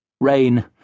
rain